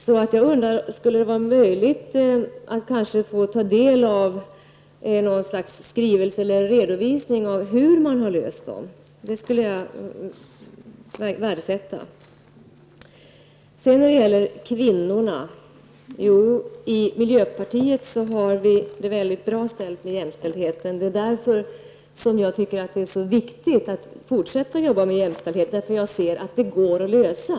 Jag undrar därför om det skulle vara möjligt att få ta del av någon skrivelse eller redovisning av hur man har löst dessa problem. Det skulle jag värdesätta. I miljöpartiet har vi det mycket bra ställt med jämställdheten. Därför tycker jag att det är så viktigt att fortsätta att jobba med jämställdhet. Jag ser att det går att lösa.